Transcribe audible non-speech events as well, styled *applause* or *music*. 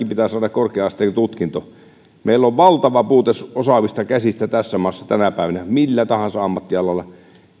*unintelligible* pitää saada korkea asteen tutkinto meillä on valtava puute osaavista käsistä tässä maassa tänä päivänä millä tahansa ammattialalla